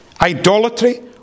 Idolatry